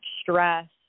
stress